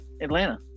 Atlanta